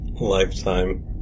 lifetime